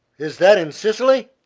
is that in sicily?